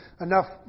enough